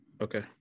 Okay